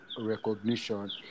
recognition